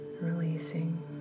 releasing